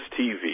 TV